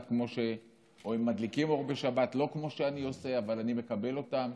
או הם מדליקים אור בשבת לא כמו שאני עושה אבל אני מקבל אותם?